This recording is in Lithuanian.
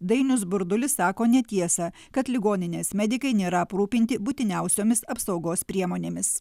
dainius burdulis sako netiesą kad ligoninės medikai nėra aprūpinti būtiniausiomis apsaugos priemonėmis